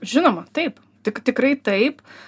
žinoma taip tik tikrai taip